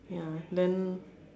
ya then